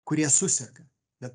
kurie suserga bet